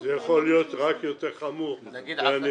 זה יכול להיות רק יותר חמור מהנתונים,